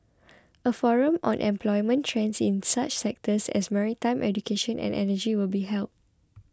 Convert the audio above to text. a forum on employment trends in such sectors as maritime education and energy will be held